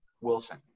wilson